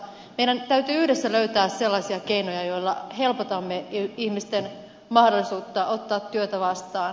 meidän täytyy yhdessä löytää sellaisia keinoja joilla helpotamme ihmisten mahdollisuutta ottaa työtä vastaan